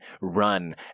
run